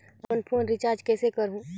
अपन phone recharge कइसे करहु?